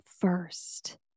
first